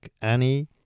Annie